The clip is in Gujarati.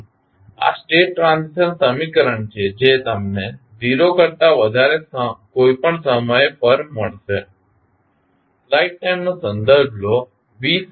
તેથી આ સ્ટેટ ટ્રાન્ઝિશન સમીકરણ છે જે તમને 0 કરતા વધારે કોઈપણ સમય પર મળશે